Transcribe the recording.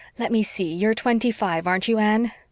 let me see you're twenty-five, aren't you, anne?